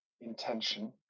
intention